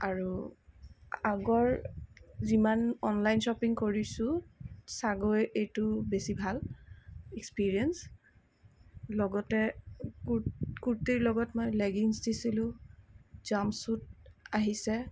আৰু আগৰ যিমান অনলাইন শ্বপিং কৰিছোঁ চাগৈ এইটো বেছি ভাল এক্সপিৰিয়েঞ্চ লগতে কূৰ্তীৰ লগতে মই লেগিংছ দিছিলোঁ জাম্পশ্বুট আহিছে